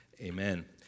Amen